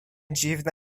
dziwna